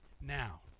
now